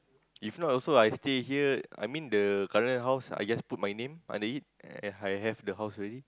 if not also I stay here I mean the current house I guess put my name under it If I have the house already